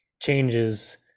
changes